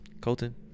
Colton